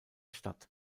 stadt